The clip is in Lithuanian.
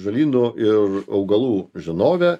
žolynų ir augalų žinovė